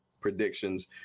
predictions